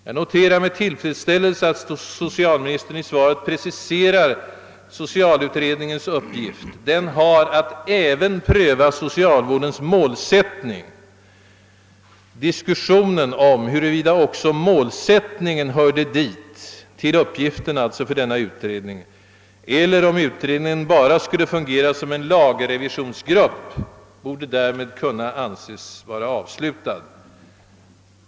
Jag noterar med tillfredsställelse att socialministern i svaret preciserar socialutredningens upp gift: den har att även pröva socialvårdens målsättning. Diskussionen om huruvida också målsättningen hörde till uppgiften för denna utredning eller om utredningen bara skulle fungera som en lagrevisionsgrupp borde därmed kunna anses vara avslutad.